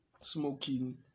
smoking